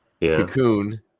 cocoon